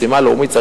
משימה לאומית,